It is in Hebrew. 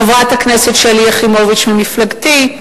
חברת הכנסת שלי יחימוביץ ממפלגתי,